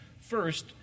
First